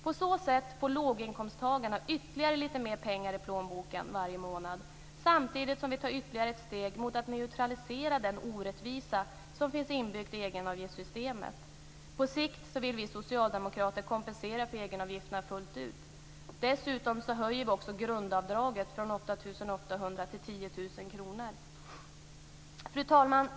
På så sätt får låginkomsttagarna ytterligare lite mer pengar i plånboken varje månad, samtidigt som vi tar ytterligare ett steg mot att neutralisera den orättvisa som finns inbyggd i egenavgiftssystemet. På sikt vill vi socialdemokrater kompensera för egenavgifterna fullt ut. Dessutom höjer vi grundavdraget från 8 800 kr till 10 000 kr. Fru talman!